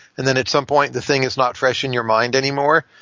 and then at some point, the thing is not fresh in your mind anymore.